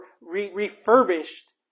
refurbished